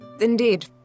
Indeed